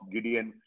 Gideon